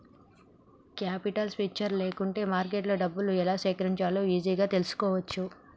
capital structure లేకుంటే మార్కెట్లో డబ్బులు ఎలా సేకరించాలో ఈజీగా తెల్సుకోవచ్చు